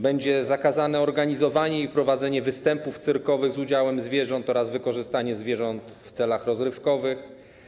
Będzie zakazane organizowanie i prowadzenie występów cyrkowych z udziałem zwierząt oraz wykorzystywanie zwierząt w celach rozrywkowych.